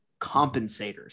compensators